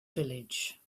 village